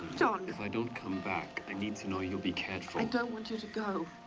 john if i don't come back and need to know you'll be cared for. i don't want you to go.